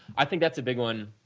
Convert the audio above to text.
i think that's a big one.